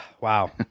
wow